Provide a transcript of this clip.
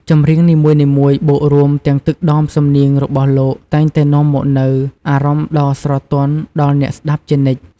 ចម្រៀងនីមួយៗបូករួមទាំងទឹកដមសំនៀងរបស់លោកតែងតែនាំមកនូវអារម្មណ៍ដ៏ស្រទន់ដល់អ្នកស្តាប់ជានិច្ច។